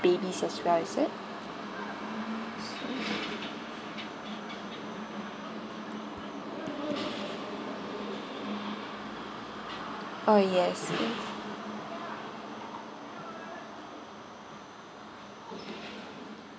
babies as well is it oh yes